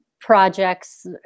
projects